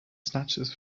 snatches